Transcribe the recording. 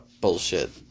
bullshit